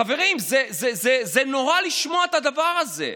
חברים, זה נורא לשמוע את הדבר הזה,